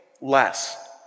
less